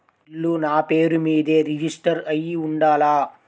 ఇల్లు నాపేరు మీదే రిజిస్టర్ అయ్యి ఉండాల?